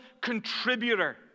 contributor